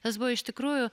tas buvo iš tikrųjų